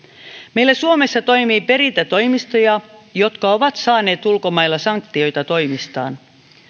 meillä suomessa toimii perintätoimistoja jotka ovat saaneet ulkomailla sanktioita toimistaan